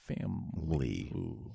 family